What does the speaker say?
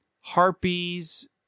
harpies